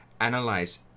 analyze